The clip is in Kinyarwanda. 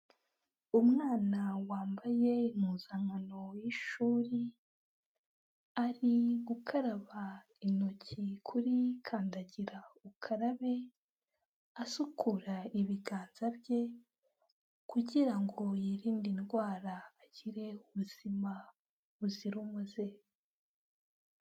Umwana wambaye impuzankano y'ishuri, ari gukaraba intoki kuri kandagira ukarabe, asukura ibiganza bye kugira yirinde indwara agire ubuzima buzira umuze.